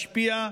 השפיעה